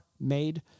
made